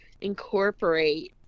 incorporate